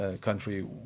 country